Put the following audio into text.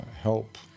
help